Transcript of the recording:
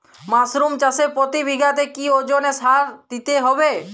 Mushroom চাষে প্রতি বিঘাতে কি ওজনে সার দিতে হবে?